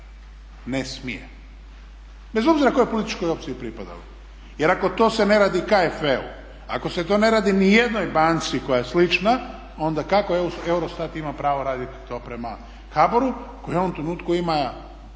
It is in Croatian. ne smije bez obzira kojoj političkoj opciji pripadali jer ako se to ne radi u KFE-u, ako se to ne radi ni u jednoj banci koja je slična onda kako EUROSTAT ima pravo raditi to prema HBOR-u koji u ovom trenutku ima